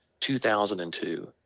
2002